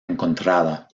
encontrada